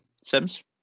Sims